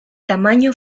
tamaño